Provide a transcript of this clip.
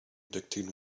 addicted